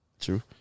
True